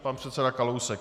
Pan předseda Kalousek.